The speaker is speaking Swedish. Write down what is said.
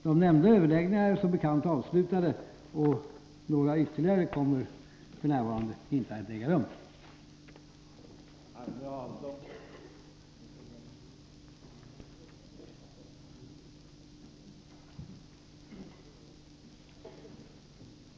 De nämnda överläggningarna är som bekant avslutade, och några ytterligare kommer inte att äga rum f. n.